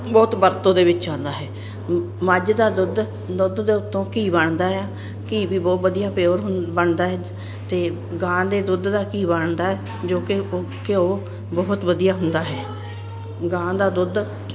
ਬਹੁਤ ਵਰਤੋਂ ਦੇ ਵਿੱਚ ਆਉਂਦਾ ਹੈ ਮੱਝ ਦਾ ਦੁੱਧ ਦੁੱਧ ਦੇ ਉੱਤੋਂ ਘੀ ਬਣਦਾ ਆ ਘੀ ਵੀ ਬਹੁਤ ਵਧੀਆ ਪਿਓਰ ਬਣਦਾ ਅਤੇ ਗਾਂ ਦੇ ਦੁੱਧ ਦਾ ਘੀ ਬਣਦਾ ਜੋ ਕਿ ਉਹ ਘਿਓ ਬਹੁਤ ਵਧੀਆ ਹੁੰਦਾ ਹੈ ਗਾਂ ਦਾ ਦੁੱਧ